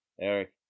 Eric